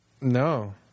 No